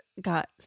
got